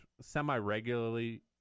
semi-regularly